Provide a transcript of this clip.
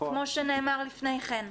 כמו שנאמר לפני כן.